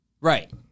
right